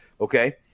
okay